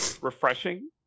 refreshing